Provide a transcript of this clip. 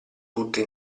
tutte